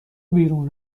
بیرون